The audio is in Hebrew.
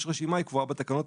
יש רשימה והיא קבועה בתקנות.